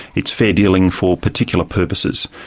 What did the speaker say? it's fair dealing for particular purposes.